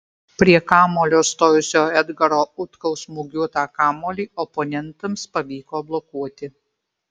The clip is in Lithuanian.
prie kamuolio stojusio edgaro utkaus smūgiuotą kamuolį oponentams pavyko blokuoti